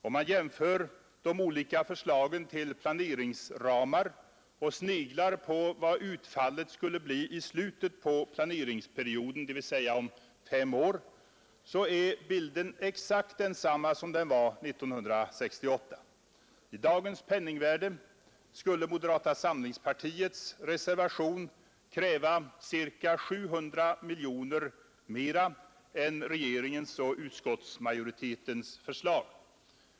Om man jämför de olika förslagen till planeringsramar och sneglar på vad utfallet skulle bli i slutet på planeringsperioden, dvs. om fem år, är bilden exakt densamma som den var 1968. I dagens penningvärde skulle moderata samlingspartiets reservation kräva ca 700 miljoner mer än regeringens och utskottsmajoritetens förslag.